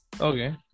Okay